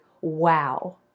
wow